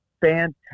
fantastic